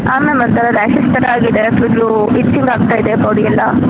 ಹಾಂ ಮ್ಯಾಮ್ ಒಂಥರ ರ್ಯಾಷಸ್ ಥರ ಆಗಿದೆ ಫುಲ್ಲು ಇಚ್ಚಿಂಗ್ ಆಗ್ತ ಇದೆ ಬಾಡಿ ಎಲ್ಲ